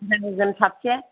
दाहोनाफोरा साफ्से